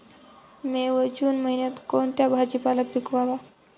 मे व जून महिन्यात कोणता भाजीपाला पिकवावा?